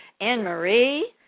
Anne-Marie